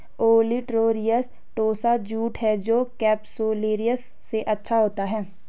olitorius tossa jute है जो capsularis से अच्छा होता है